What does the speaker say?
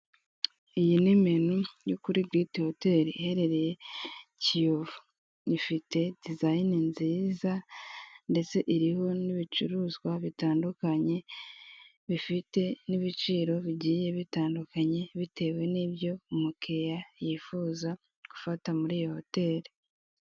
Iyi ni menu yo kuri GREAT HOTEL iherereye Kiyovu ifite dizayini nziza ndetse iriho n'ibicuruzwa bitandukanye bifite n'ibiciro bigiye bitandukanye bitewe nibyo umukiriya yifuza gufata muriyo hoteri.